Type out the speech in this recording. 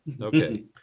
okay